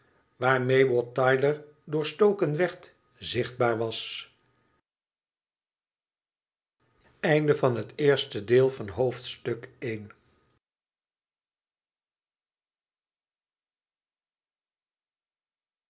waarmee wat tyler doorstoken werd zichtbaar was